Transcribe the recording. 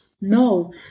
No